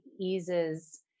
eases